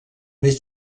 més